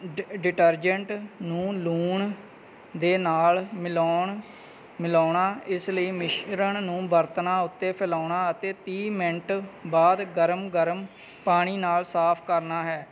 ਡਿ detergent ਨੂੰ ਲੂਣ ਦੇ ਨਾਲ ਮਿਲਾਉਣ ਮਿਲਾਉਣਾ ਇਸ ਲਈ ਮਿਸ਼ਰਣ ਨੂੰ ਬਰਤਨਾਂ ਉੱਤੇ ਫੈਲਾਉਣਾ ਅਤੇ ਤੀਹ ਮਿੰਟ ਬਾਅਦ ਗਰਮ ਗਰਮ ਪਾਣੀ ਨਾਲ ਸਾਫ ਕਰਨਾ ਹੈ